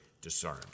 discerned